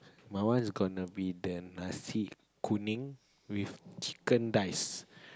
my one is gonna be the nasi-kunning with chicken dice